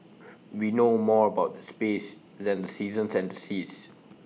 we know more about space than the seasons and the seas